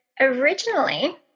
originally